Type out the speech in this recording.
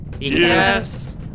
Yes